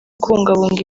kubungabunga